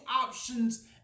options